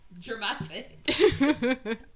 dramatic